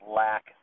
lack